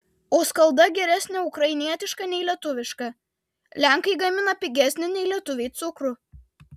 o skalda geresnė ukrainietiška nei lietuviška lenkai gamina pigesnį nei lietuviai cukrų